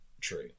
true